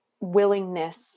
willingness